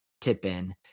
tip-in